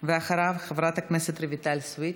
ואחריו, חברת הכנסת רויטל סויד.